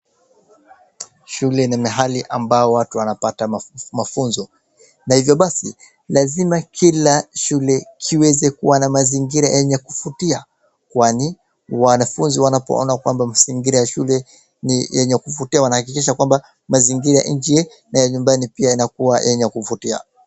Shule ni mahali ambao watu wanapata mafunzo na hivyo basi lazima kila shule kiweze kuwa na mazingira yenye kuvutia kwani wanafunzi wanapoona kwamba mazingira ya shule ni yenye kuvutia wanahakikisha kwamba mazingira ya nchi na ya nyumbani pia yanakuwa yenye kuvutia.